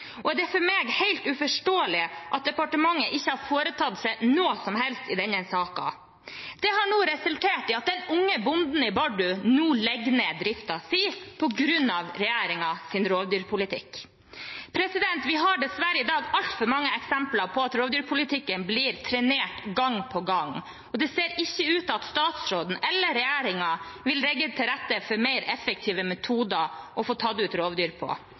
Det er for meg helt uforståelig at departementet ikke har foretatt seg noe som helst i denne saken. Det har resultert i at den unge bonden i Bardu nå legger ned driften sin – på grunn av regjeringens rovdyrpolitikk. Vi har dessverre i dag altfor mange eksempler på at rovdyrpolitikken blir trenert gang på gang, og det ser ikke ut til at statsråden eller regjeringen vil legge til rette for mer effektive metoder å få tatt ut rovdyr på.